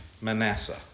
Manasseh